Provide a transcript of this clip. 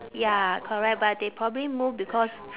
ya correct but they probably move because